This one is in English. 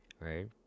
Right